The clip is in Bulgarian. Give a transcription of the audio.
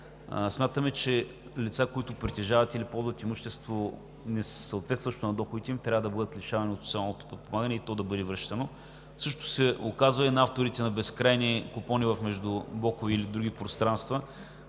Смятаме, че лица, които притежават или ползват имущество, несъответстващо на доходите им, трябва да бъдат лишавани от социалното подпомагане и то да бъде връщано. Същото се оказва и за авторите на безкрайни купони в междублоковите или други пространства,